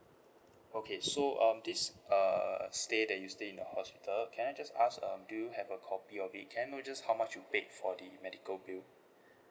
okay so um this uh stay that you stay in the hospital can I just ask um do you have a copy of it can I know just how much you paid for the medical bill